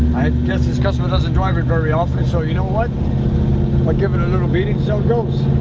guess this customer doesn't drive it very often so you know what what give it a little beating so it goes